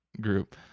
group